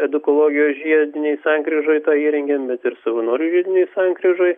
edukologijos žiedinėj sankryžoj įrengėm bet ir savanorių žiedinėj sankryžoj